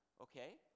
okay